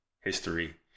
history